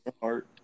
heart